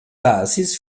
basis